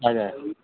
हजुर